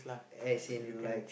as in like